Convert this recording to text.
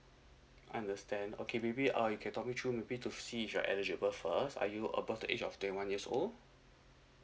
understand okay maybe uh you can talk me through maybe to see if you're eligible first are you above the age of twenty one years old